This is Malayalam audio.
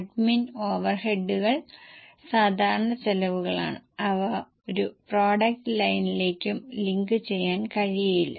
അഡ്മിൻ ഓവർഹെഡുകൾ സാധാരണ ചെലവുകളാണ് അവ ഒരു പ്രോഡക്റ്റ് ലൈനിലേക്കും ലിങ്ക് ചെയ്യാൻ കഴിയില്ല